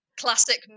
classic